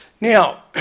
Now